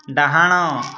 ଡାହାଣ